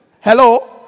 Hello